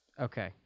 Okay